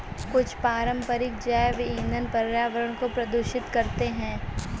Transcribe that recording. कुछ पारंपरिक जैव ईंधन पर्यावरण को प्रदूषित करते हैं